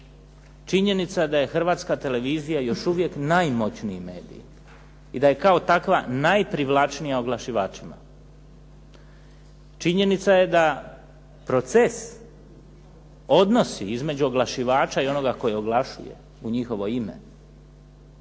činjenica je da je Hrvatska televizija još uvijek najmoćniji medij i da je kao takva najprivlačnija oglašivačima. Činjenica je da proces, odnosi između oglašivača i onoga koji oglašuje u njihovo ime